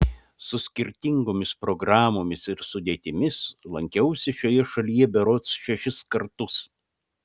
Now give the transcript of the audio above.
su skirtingomis programomis ir sudėtimis lankiausi šioje šalyje berods šešis kartus